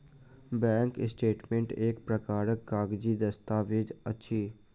bank statement एक प्रकारक कागजी दस्तावेज अछि